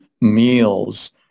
meals